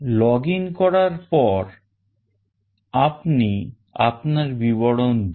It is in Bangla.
Login করার পর আপনি আপনার বিবরণ দিন